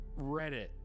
Reddit